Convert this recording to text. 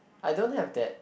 I don't have that